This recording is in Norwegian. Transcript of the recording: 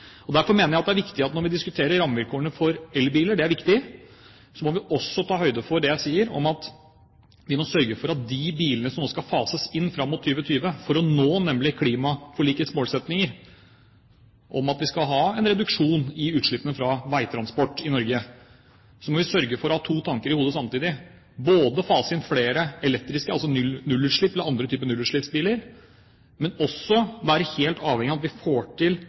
Derfor mener jeg at når vi diskuterer rammevilkårene for elbiler – som er viktig – må vi også ta høyde for det jeg sier om at vi må sørge for at vi ved de bilene som skal fases inn fram mot 2020, når klimaforlikets målsettinger om at vi skal ha en reduksjon i utslippene fra veitransport i Norge. Vi må sørge for å ha to tanker i hodet samtidig – både det å fase inn flere elektriske biler eller andre typer nullutslippsbiler